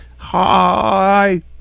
Hi